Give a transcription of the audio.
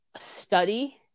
study